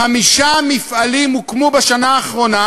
חמישה מפעלים הוקמו בשנה האחרונה,